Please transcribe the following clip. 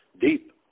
deep